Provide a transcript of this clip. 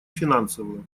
финансовую